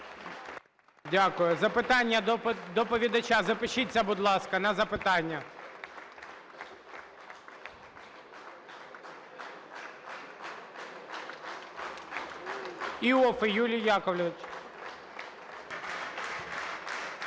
Дякую. Запитання до доповідача. Запишіться, будь ласка, на запитання. Іоффе Юлій Якович.